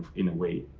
in a way,